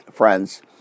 friends